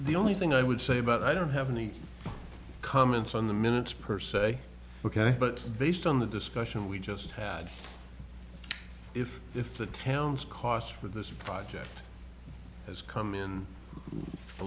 the only thing i would say but i don't have any comments on the minutes per se ok but based on the discussion we just had if if the town's cost for this project has come in